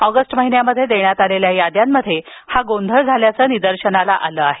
August महिन्यामध्ये देण्यात आलेल्या याद्यांमध्ये हा गोंधळ झाल्याचं निदर्शनास आलं आहे